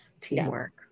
Teamwork